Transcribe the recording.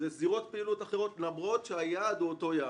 מדובר בזירות פעילות אחרות למרות שהיעד הוא אותו יעד.